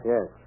Yes